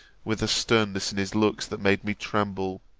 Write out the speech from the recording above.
with a sternness in his looks that made me tremble